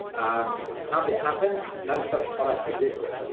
um as it happened, no such product existed.